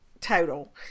total